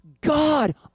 God